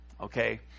okay